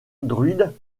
druides